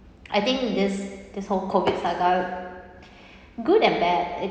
I think this this COVID saga good and bad it